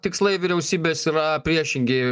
tikslai vyriausybės yra priešingi